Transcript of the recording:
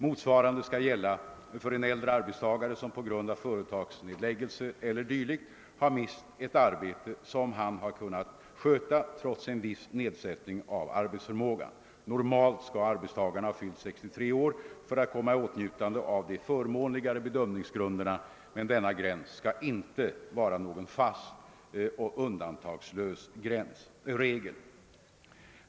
Motsvarande skall gälla för en äldre arbetstagare som på grund av företagsnedläggelse eller dylikt har mist ett arbete som han har kunnat sköta trots en viss nedsättning av arbetsförmågan. Normalt skall arbetstagarna ha fyllt 63 år för att komma i åtnjutande av de förmånligare bedömningsgrunderna, men denna gräns skall inte vara någon fast och undantagslös regel.